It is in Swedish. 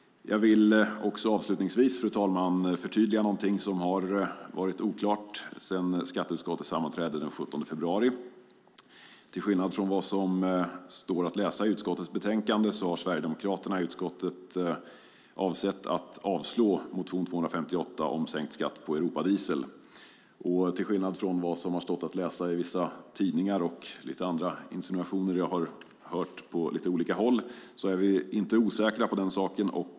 Jag vill avslutningsvis förtydliga någonting som har varit oklart sedan skatteutskottets sammanträde den 17 februari. Till skillnad från vad som står att läsa i utskottets betänkande har Sverigedemokraterna i utskottet avsett att avslå motion 258 om sänkt skatt på Europadiesel. Till skillnad från vad som har stått att läsa i vissa tidningar och till skillnad från lite andra insinuationer som jag har hört på lite olika håll är vi inte osäkra på den saken.